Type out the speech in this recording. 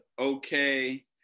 okay